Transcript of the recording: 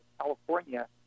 California